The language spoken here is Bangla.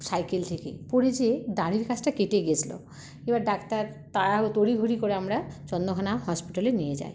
সাইকেল থেকে পড়ে যেয়ে দাড়ির কাছটা কেটে গেছিলো এবার ডাক্তার তা তড়ি ঘড়ি করে আমরা চন্দ্রকোনা হসপিটালে নিয়ে যাই